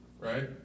right